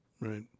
Right